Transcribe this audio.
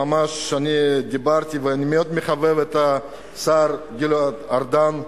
דיברתי, ואני מאוד מחבב את השר גלעד ארדן,